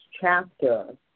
chapter